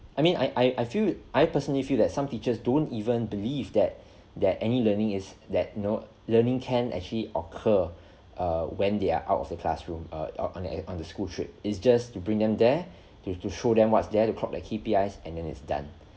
I mean I I feel I personally feel that some teachers don't even believe that that any learning is that you know learning can actually occur err when they are out of the classroom err on on a on the school trip is just to bring them there to to show them what's there to clock their K_P_Is and then it's done